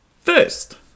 First